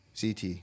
CT